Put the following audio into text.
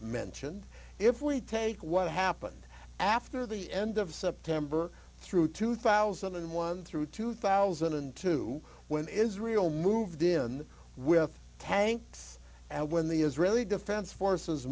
mention if we take what happened after the end of september through two thousand and one through two thousand and two when israel moved in with tanks and when the israeli defense forces